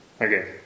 Okay